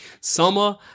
summer